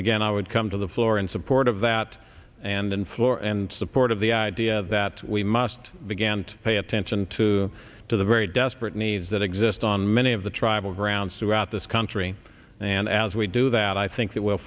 again i would come to the floor in support of that and and floor and support of the idea that we must began to pay attention to to the very desperate needs that exist on many of the tribal grounds throughout this country and as we do that i think th